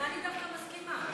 לזה אני דווקא מסכימה.